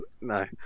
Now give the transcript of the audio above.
No